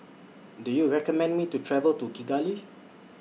Do YOU recommend Me to travel to Kigali